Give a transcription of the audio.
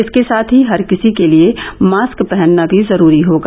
इसके साथ ही हर किसी के लिए मास्क पहनना भी जरूरी होगा